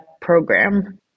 program